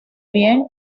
bien